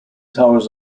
towers